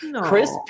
Chris